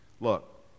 look